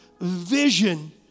vision